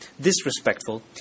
disrespectful